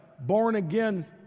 born-again